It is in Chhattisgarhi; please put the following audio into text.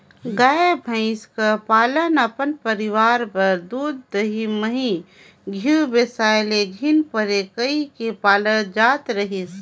गाय, भंइस कर पालन अपन परिवार बर दूद, दही, मही, घींव बेसाए ले झिन परे कहिके पालल जात रहिस